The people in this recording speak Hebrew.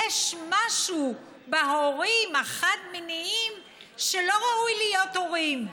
יש משהו בהורים החד-מיניים שלא ראוי להיות להורים.